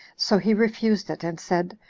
so he refused it, and said,